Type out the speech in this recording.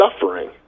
suffering